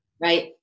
Right